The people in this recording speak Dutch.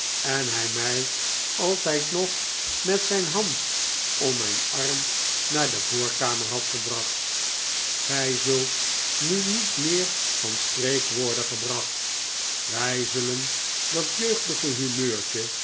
en hij mij altijd nog met zijn hand om mijn arm naar de voorkamer had gebracht gij zult nu niet meer van streek worden gebracht wij zullen dat jeugdige humeurtje